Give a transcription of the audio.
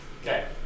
Okay